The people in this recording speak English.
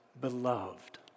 beloved